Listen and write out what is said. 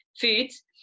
foods